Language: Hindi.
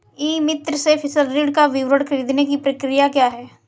ई मित्र से फसल ऋण का विवरण ख़रीदने की प्रक्रिया क्या है?